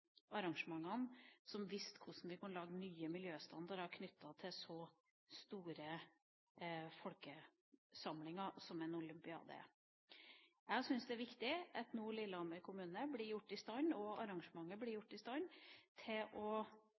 arrangementene som viste hvordan vi kunne lage nye miljøstandarder knyttet til så store folkesamlinger som en olympiade er. Jeg syns det er viktig at Lillehammer kommune og arrangementet blir i stand